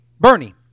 Bernie